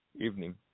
evening